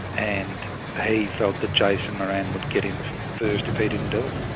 and he felt that jason moran would get in first if he didn't do it.